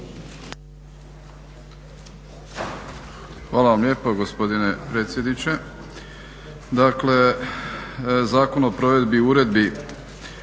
Hvala vam lijepo gospodine predsjedniče. Dakle, Zakon o provedbi uredbi